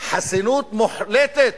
חסינות מוחלטת